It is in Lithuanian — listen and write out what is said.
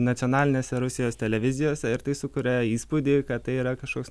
nacionalinėse rusijos televizijose ir tai sukuria įspūdį kad tai yra kažkoks